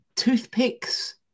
Toothpicks